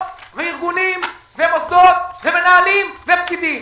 וארגונים ומוסדות ומנהלים ופקידים.